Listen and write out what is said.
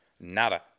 Nada